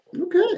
okay